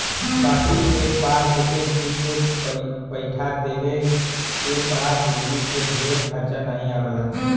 बाकी एक बार एके ठीक से बैइठा देले के बाद बिजली के ढेर खरचा नाही आवला